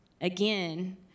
Again